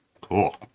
cool